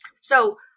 So-